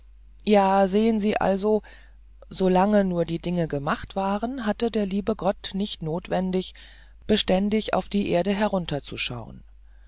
ja sehen sie also so lange nur die dinge gemacht waren hatte der liebe gott nicht notwendig beständig auf die erde herunterzuschauen